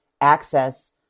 access